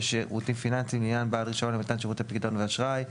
שירותים פיננסיים לעניין בעל רישיון למתן שירותי פיקדון ואשראי,